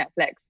Netflix